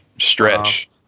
stretch